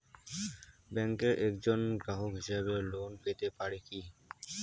ব্যাংকের একজন গ্রাহক হিসাবে লোন পেতে পারি কি?